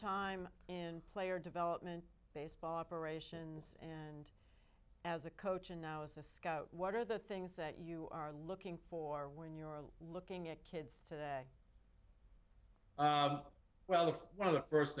time and player development baseball operations and as a coach and now as a scout what are the things that you are looking for when you're looking at kids today well if one of the first